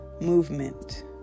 movement